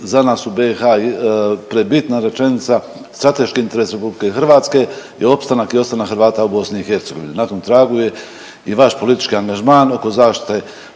za nas u BiH prebitna rečenica strateški interes Republike Hrvatske i opstanak i ostanak Hrvata u BiH. Na tom tragu je i vaš politički angažman oko zaštite